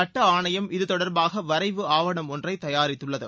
சட்ட ஆணையம் இதுதொடர்பாக வரைவு ஆவணம் ஒன்றை தயாரித்துள்ளது